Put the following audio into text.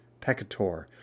peccator